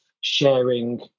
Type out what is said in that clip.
sharing